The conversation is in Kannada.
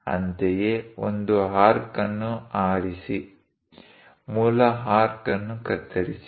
ಅಂತೆಯೇ ಒಂದು ಆರ್ಕ್ ಅನ್ನು ಆರಿಸಿ ಮೂಲ ಆರ್ಕ್ ಅನ್ನು ಕತ್ತರಿಸಿ